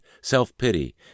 self-pity